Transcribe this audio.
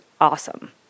awesome